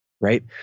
Right